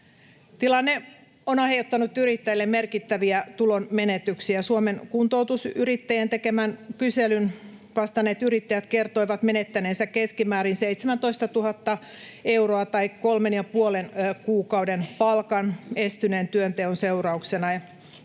Tilanne on aiheuttanut yrittäjille merkittäviä tulonmenetyksiä. Suomen Kuntoutusyrittäjien tekemään kyselyyn vastanneet yrittäjät kertoivat menettäneensä keskimäärin 17 000 euroa tai kolmen ja puolen kuukauden palkan estyneen työnteon seurauksena.